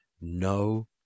no